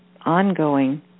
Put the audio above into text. ongoing